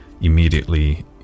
immediately